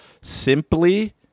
simply